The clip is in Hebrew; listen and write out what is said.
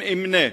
אם אמנה